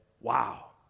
Wow